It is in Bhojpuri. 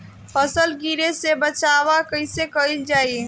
फसल गिरे से बचावा कैईसे कईल जाई?